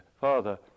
father